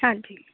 ਹਾਂਜੀ